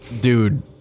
Dude